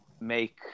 make